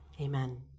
Amen